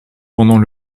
pendant